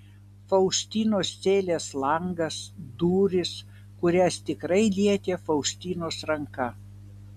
faustinos celės langas durys kurias tikrai lietė faustinos ranka